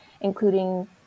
including